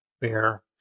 bear